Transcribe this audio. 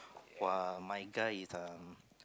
while my guy is um